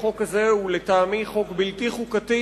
החוק הזה הוא לטעמי חוק בלתי חוקתי,